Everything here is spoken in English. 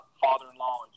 father-in-law